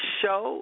show